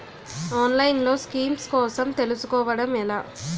ఆన్లైన్లో స్కీమ్స్ కోసం తెలుసుకోవడం ఎలా?